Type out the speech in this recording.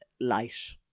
light